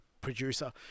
producer